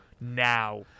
now